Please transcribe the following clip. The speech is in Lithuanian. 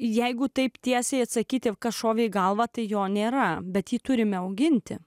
jeigu taip tiesiai atsakyti kas šovė į galvą tai jo nėra bet jį turime auginti